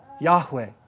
Yahweh